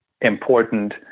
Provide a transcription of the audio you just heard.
important